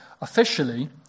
Officially